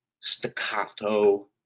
staccato